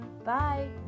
Bye